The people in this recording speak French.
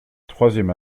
troisième